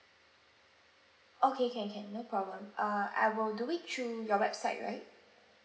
okay can can no problem uh I will do it through your website right